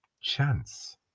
chance